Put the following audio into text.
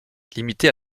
limitée